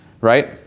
right